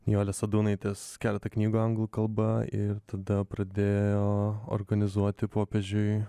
nijolės sadūnaitės keletą knygų anglų kalba ir tada pradėjo organizuoti popiežiui